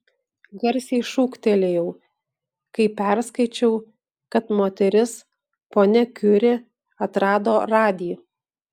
garsiai šūktelėjau kai perskaičiau kad moteris ponia kiuri atrado radį